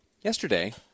yesterday